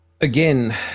again